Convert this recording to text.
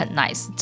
nice